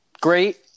great